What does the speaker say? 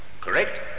Correct